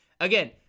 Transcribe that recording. Again